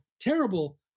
terrible